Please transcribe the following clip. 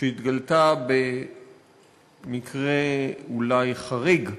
שהתגלתה במקרה אולי חריג,